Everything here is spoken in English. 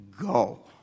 go